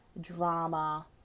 drama